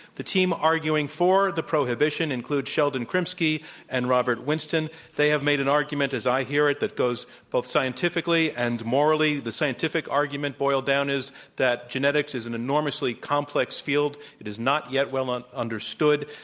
the team arguing for the prohibition include sheldon krimsky and robert winston. they have made an argument, as i hear it, that goes both scientifically and morally. the scientific argument boiled down is that genetics is an enormously complex field. it is not yet well understood,